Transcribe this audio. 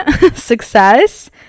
success